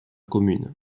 commune